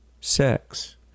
sex